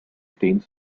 attained